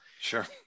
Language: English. Sure